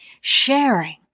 sharing